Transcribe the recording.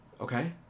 Okay